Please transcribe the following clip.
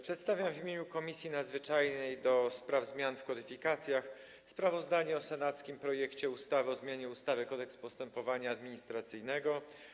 Przedstawiam w imieniu Komisji Nadzwyczajnej do spraw zmian w kodyfikacjach sprawozdanie o senackim projekcie ustawy o zmianie ustawy Kodeks postępowania administracyjnego.